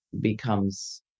becomes